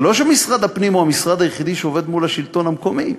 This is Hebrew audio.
זה לא שמשרד הפנים הוא המשרד היחידי שעובד מול השלטון המקומי,